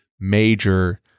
major